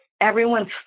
everyone's